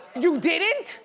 you didn't?